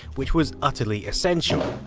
which was utterly essential.